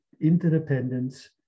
interdependence